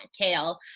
kale